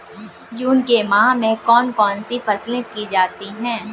जून के माह में कौन कौन सी फसलें की जाती हैं?